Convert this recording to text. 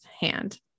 hand